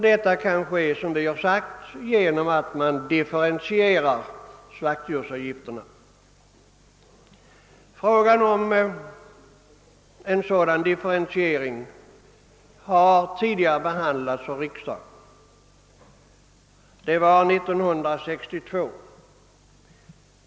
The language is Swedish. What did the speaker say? Detta kan, som vi framhållit, ske genom en differentiering av slaktdjursavgifterna. Frågan om en sådan differentiering har tidigare behandlats av riksdagen, nämligen 1962.